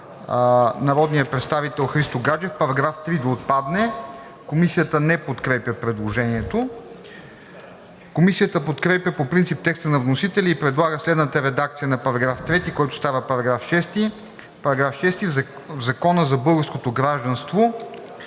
народния представител Христо Гаджев § 3 да отпадне. Комисията не подкрепя предложението. Комисията подкрепя по принцип текста на вносителя и предлага следната редакция на § 3, който става § 6: „§ 6. В Закона за българското гражданство